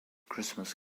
christmas